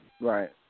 Right